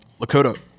Lakota